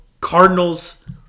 Cardinals